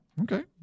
okay